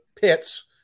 pits